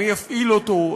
מי יפעיל אותו?